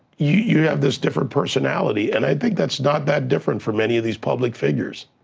you have this different personality and i think that's not that different from any of these public figures.